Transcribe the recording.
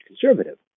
Conservative